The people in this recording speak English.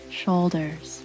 shoulders